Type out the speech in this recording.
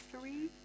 Three